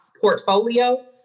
portfolio